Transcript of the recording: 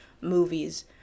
movies